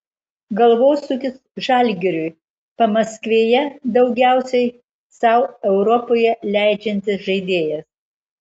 galvosūkis žalgiriui pamaskvėje daugiausiai sau europoje leidžiantis žaidėjas